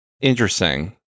Interesting